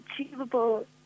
achievable